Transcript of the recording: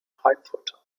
heimvorteil